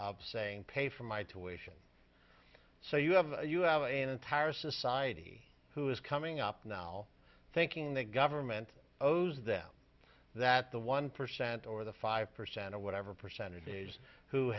saying pay for my tuitions so you have you have an entire society who is coming up now thinking the government owes them that the one percent or the five percent or whatever percentage days who